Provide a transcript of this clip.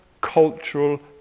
cultural